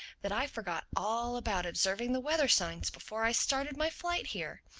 that i forgot all about observing the weather-signs before i started my flight here.